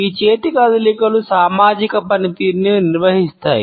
ఈ చేతి కదలికలు సామాజిక పనితీరును నిర్వహిస్తాయి